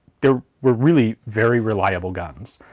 they were really very reliable guns.